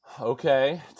Okay